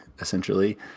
essentially